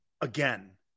again